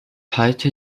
halte